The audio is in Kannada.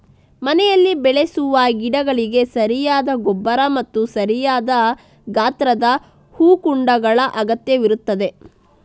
ಮನೆಯಲ್ಲಿ ಬೆಳೆಸುವ ಗಿಡಗಳಿಗೆ ಸರಿಯಾದ ಗೊಬ್ಬರ ಮತ್ತು ಸರಿಯಾದ ಗಾತ್ರದ ಹೂಕುಂಡಗಳ ಅಗತ್ಯವಿರುತ್ತದೆ